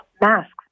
masks